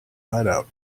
hideout